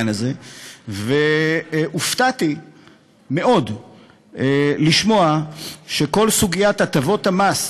הופתעתי מאוד לשמוע שכל סוגיית הטבות המס,